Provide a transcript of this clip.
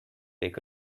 take